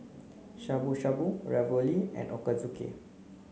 Shabu Shabu Ravioli and Ochazuke